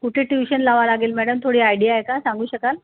कुठे ट्यूशन लावा लागेल मॅडम थोडी आयडिया आहे का सांगू शकाल